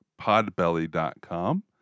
podbelly.com